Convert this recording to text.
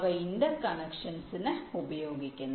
അവ ഇന്റർകണക്ഷൻസിന് ഉപയോഗിക്കുന്നു